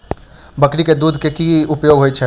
बकरी केँ दुध केँ की उपयोग होइ छै?